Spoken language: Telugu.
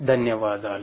ధన్యవాదాలు